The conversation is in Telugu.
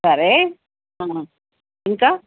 సరే ఇంకా